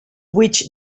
which